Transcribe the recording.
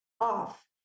off